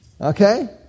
Okay